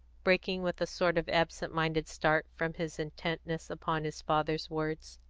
breaking with a sort of absent-minded start from his intentness upon his father's words.